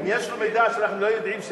האם יש לו מידע שאנחנו לא יודעים,